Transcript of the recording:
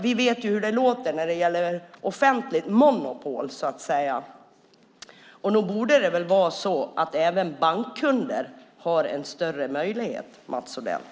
Vi vet hur det låter när det gäller offentligt monopol. Nog borde även bankkunder ha en större möjlighet, Mats Odell?